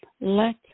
let